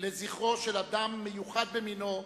לזכרו של אדם מיוחד במינו,